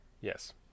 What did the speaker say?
Yes